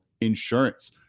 insurance